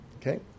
Okay